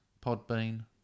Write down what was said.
Podbean